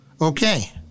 Okay